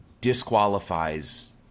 disqualifies